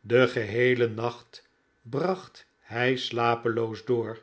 den geheelen nacht bracht hij slapeloos door